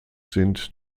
sind